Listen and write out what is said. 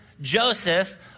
Joseph